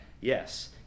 Yes